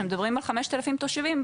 כשמדברים על חמשת אלפים תושבים,